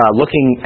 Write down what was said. looking